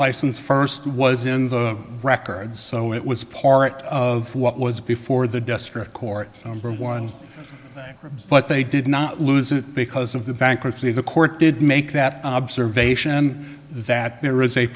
license first was in the records so it was part of what was before the district court number one but they did not lose it because of the bankruptcy the court did make that observation that there is a